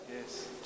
Yes